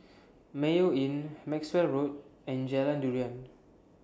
Mayo Inn Maxwell Road and Jalan Durian